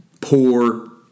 poor